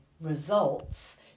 results